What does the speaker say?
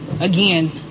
Again